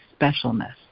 specialness